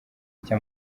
icyo